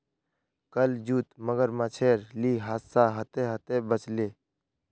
कल जूत मगरमच्छेर ली हादसा ह त ह त बच ले